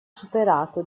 superato